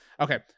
okay